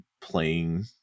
playing